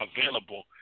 available